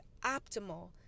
optimal